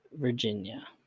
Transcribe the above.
Virginia